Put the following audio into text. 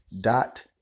dot